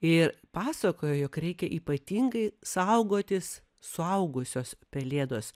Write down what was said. ir pasakojo jog reikia ypatingai saugotis suaugusios pelėdos